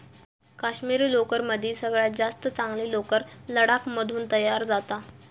काश्मिरी लोकरीमदी सगळ्यात जास्त चांगली लोकर लडाख मधून तयार जाता